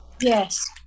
Yes